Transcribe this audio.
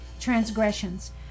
transgressions